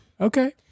Okay